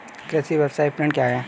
कृषि व्यवसाय विपणन क्या है?